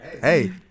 Hey